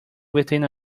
within